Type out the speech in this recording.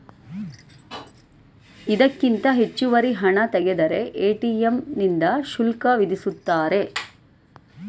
ಇದಕ್ಕಿಂತ ಹೆಚ್ಚುವರಿ ಹಣ ತೆಗೆದರೆ ಎ.ಟಿ.ಎಂ ನಿಂದ ಶುಲ್ಕ ವಿಧಿಸುತ್ತಾರೆ